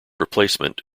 replacement